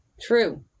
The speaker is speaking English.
True